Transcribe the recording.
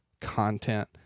content